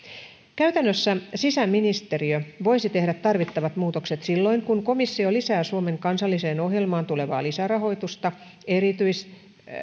käytännössä sisäministeriö voisi tehdä tarvittavat muutokset silloin kun komissio lisää suomen kansalliseen ohjelmaan tulevaa lisärahoitusta erityis